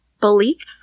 Beliefs